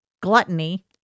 Gluttony